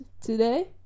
today